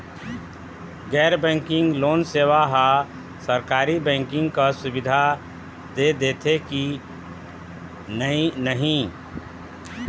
गैर banking loan सेवा हा सरकारी बैंकिंग कस सुविधा दे देथे कि नई नहीं?